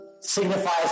signifies